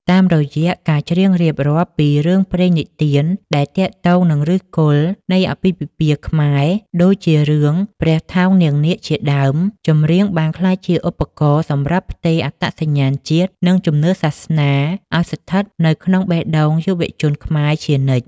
តាមរយៈការច្រៀងរៀបរាប់ពីរឿងព្រេងនិទានដែលទាក់ទងនឹងឫសគល់នៃអាពាហ៍ពិពាហ៍ខ្មែរ ដូចជារឿងព្រះថោងនាងនាគជាដើម ចម្រៀងបានក្លាយជាឧបករណ៍សម្រាប់ផ្ទេរអត្តសញ្ញាណជាតិ និងជំនឿសាសនាឱ្យស្ថិតនៅក្នុងបេះដូងយុវជនខ្មែរជានិច្ច។